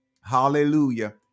Hallelujah